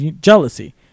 jealousy